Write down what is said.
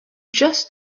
just